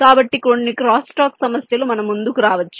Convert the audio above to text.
కాబట్టి కొన్ని క్రాస్టాక్ సమస్యలు మన ముందుకు రావచ్చు